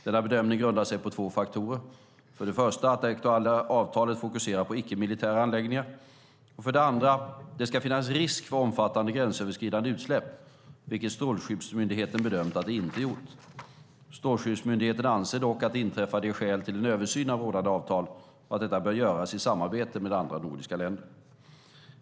Denna bedömning grundar sig på två faktorer: för det första att de aktuella avtalen fokuserar på icke-militära anläggningar och för det andra att det ska finnas risk för omfattande gränsöverskridande utsläpp, vilket Strålskyddsmyndigheten bedömt att det inte gjort. Strålsäkerhetsmyndigheten anser dock att det inträffade ger skäl till en översyn av rådande avtal och att detta bör göras i samarbete med andra nordiska länder.